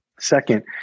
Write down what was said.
Second